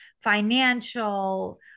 financial